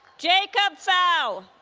jacob pfau